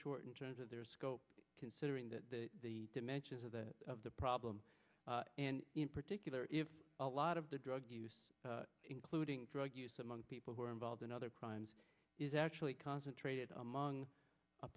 short in terms of their scope considering that the dimensions of the of the problem and in particular if a lot of the drug use including drug use among people who are involved in other crimes is actually concentrated among a